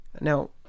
Now